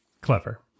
clever